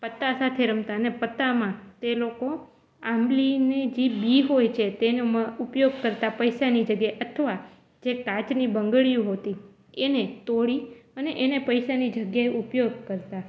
પત્તા સાથે રમતાં ને પત્તામાં તે લોકો આંબલીનાં જે બી હોય છે તેનો ઉપયોગ કરતા પૈસાની જગ્યાએ અથવા જે કાચની બંગડીઓ હોતી એને તોડી અને એને પૈસાની જગ્યાએ ઉપયોગ કરતા